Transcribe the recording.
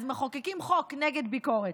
אז מחוקקים חוק נגד ביקורת.